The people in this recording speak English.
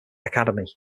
academy